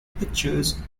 pictures